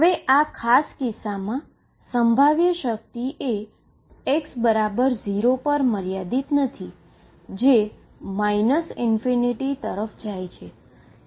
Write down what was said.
હવે આ ખાસ કિસ્સામાં પોટેંશિઅલ એ x 0 પર ફાઈનાઈટ નથી જે ∞ તરફ જાય છે